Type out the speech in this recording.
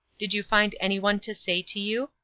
did you find anyone to say to you,